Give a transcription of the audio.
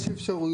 יש אפשרויות.